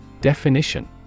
Definition